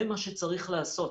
זה מה שצריך לעשות.